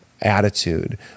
attitude